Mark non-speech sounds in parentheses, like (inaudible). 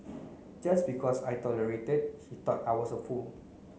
(noise) just because I tolerated he thought I was a fool